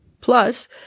Plus